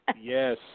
Yes